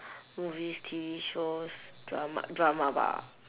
movies T_V shows drama drama bah